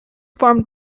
formed